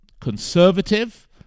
conservative